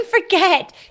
forget